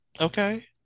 okay